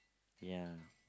ya